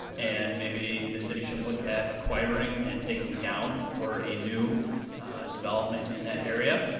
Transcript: and maybe the city should look at acquiring and taking down for a new development in that area.